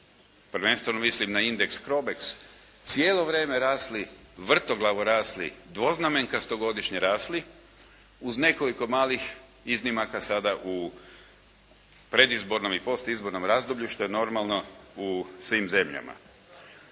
prvenstveno mislim na indeks Crobex cijelo vrijeme rasli, vrtoglavo rasli, dvoznamenkasto godišnje rasli uz nekoliko malih iznimaka sada u predizbornom i postizbornom razdoblju što je normalno u svim zemljama.